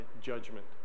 judgment